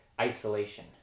isolation